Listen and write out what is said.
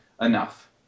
enough